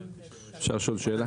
אפשר לשאול שאלה?